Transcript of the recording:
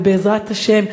ובעזרת השם,